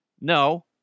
No